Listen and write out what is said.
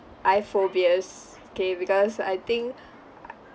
I've phobias k because I think I